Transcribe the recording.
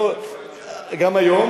גם היום.